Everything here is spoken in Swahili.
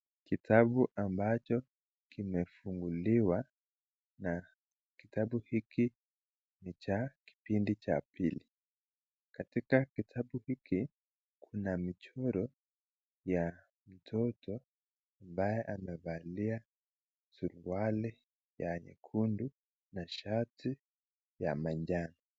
Kitabu ambacho kimefunguliwa kitabu hiki ni cha kipindi cha pili ,katika kitabu hiki kuna michoro ya mtoto ambaye amevalia suruali ya nyekundu na shati ya manjano.